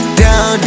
down